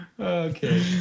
okay